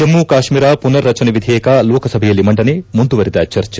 ಜಮ್ನು ಕಾಶ್ಮೀರ ಪುನರ್ರಚನೆ ವಿಧೇಯಕ ಲೋಕಸಭೆಯಲ್ಲಿ ಮಂಡನೆ ಮುಂದುವರಿದ ಚರ್ಚೆ